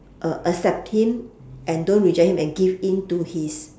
uh accept him and don't reject him and give in to his